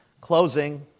Closing